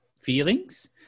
feelings